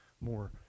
more